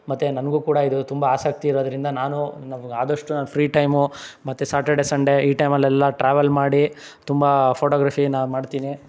ಮತ್ತು ನನಗೂ ಕೂಡ ಇದ್ರಲ್ಲಿ ತುಂಬ ಆಸಕ್ತಿ ಇರೋದರಿಂದ ನಾನೂ ನಮ್ಗೆ ಆದಷ್ಟು ನನ್ನ ಫ್ರೀ ಟೈಮು ಮತ್ತು ಸ್ಯಾಟರ್ಡೇ ಸಂಡೇ ಈ ಟೈಮಲ್ಲೆಲ್ಲ ಟ್ರಾವೆಲ್ ಮಾಡಿ ತುಂಬ ಫೋಟೋಗ್ರಫೀನ ಮಾಡ್ತೀನಿ